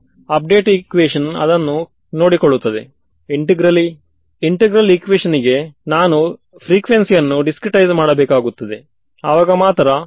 ನೀವು ಇದನ್ನು ಲೆಕ್ಕಾಚಾರ ಮಾಡಿದಾಗ ನಿಮ್ಮ ಉತ್ತರವು r ನ್ನು ಒಳಗೊಂಡಿರುವುದಿಲ್ಲ r ನ ವ್ಯಾಲ್ಯು 1 ಕ್ಕಿಂತ ಜಾಸ್ತಿ ಆಗುವುದು ದೊಡ್ಡ ವ್ಯಾಲ್ಯುವಿಗೆ